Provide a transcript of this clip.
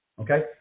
Okay